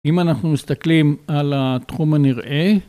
אם אנחנו מסתכלים על התחום הנראה.